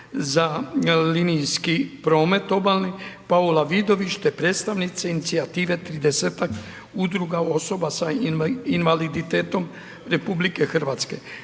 za linijski promet obalni Paula Vidović te predstavnici inicijative, 30-ak udruga osoba sa invaliditetom RH.